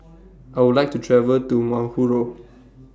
I Would like to travel to